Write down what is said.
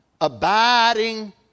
abiding